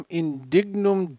indignum